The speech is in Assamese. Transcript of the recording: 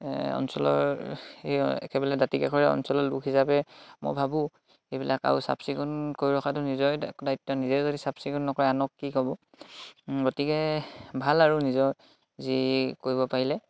অঞ্চলৰ একেবাৰে দাঁতিকাষৰীয়া অঞ্চলৰ লোক হিচাপে মই ভাবোঁ এইবিলাক আৰু চাফ চিকুণ কৰি ৰখাটো নিজৰে দায়িত্ব নিজে যদি চাফ চিকুণ নকৰে আনক কি ক'ব গতিকে ভাল আৰু নিজৰ যি কৰিব পাৰিলে